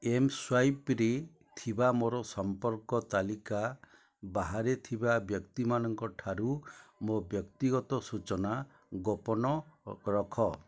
ଏମସ୍ୱାଇପରେ ଥିବା ମୋର ସମ୍ପର୍କ ତାଲିକା ବାହାରେ ଥିବା ବ୍ୟକ୍ତିମାନଙ୍କଠାରୁ ମୋ ବ୍ୟକ୍ତିଗତ ସୂଚନା ଗୋପନ ରଖ